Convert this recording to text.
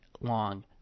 long